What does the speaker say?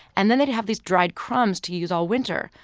and then they'd have these dried crumbs to use all winter.